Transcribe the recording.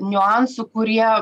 niuansų kurie